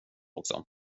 också